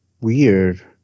weird